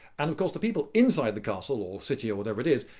and of course, the people inside the castle or city or whatever it is,